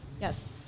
yes